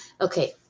okay